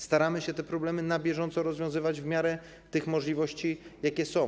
Staramy się te problemy na bieżąco rozwiązywać w miarę tych możliwości, jakie są.